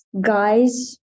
guys